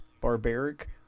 barbaric